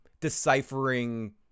deciphering